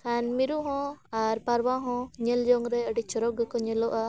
ᱠᱷᱟᱱ ᱢᱤᱨᱩ ᱦᱚᱸ ᱟᱨ ᱯᱟᱣᱨᱟ ᱦᱚᱸ ᱧᱮᱞ ᱡᱚᱝ ᱨᱮ ᱟᱹᱰᱤ ᱪᱚᱨᱚᱠ ᱜᱮᱠᱚ ᱧᱮᱞᱚᱜᱼᱟ